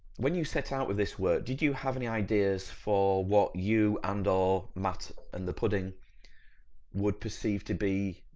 when you set out with this work did you have any ideas for what you and or matt and the pudding would perceive to be,